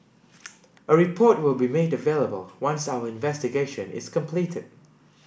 a report will be made available once our investigation is completed